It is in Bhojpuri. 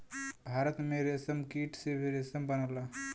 भारत में रेशमकीट से रेशम बनला